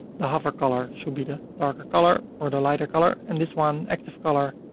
the hover color should be the darker color or the lighter color, and this one, active color,